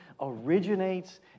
originates